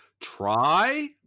try